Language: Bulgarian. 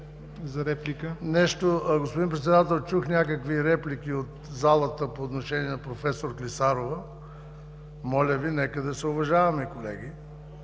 за България): Господин Председател, чух някакви реплики от залата по отношение на професор Клисарова. Моля Ви, нека да се уважаваме, колеги!